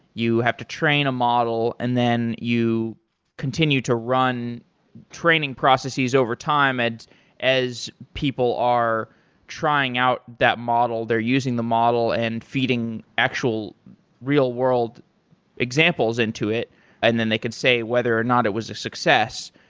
you have to train a model and then you continue to run training processes overtime and as people are trying out that model. they're using the model and feeding actual real-world examples into it and then they could say whether or not it was a success.